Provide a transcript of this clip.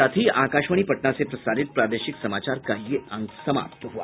इसके साथ ही आकाशवाणी पटना से प्रसारित प्रादेशिक समाचार का ये अंक समाप्त हुआ